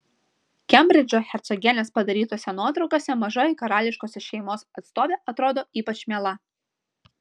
kembridžo hercogienės padarytose nuotraukose mažoji karališkosios šeimos atstovė atrodo ypač miela